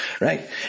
Right